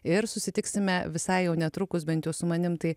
ir susitiksime visai jau netrukus bent su manim tai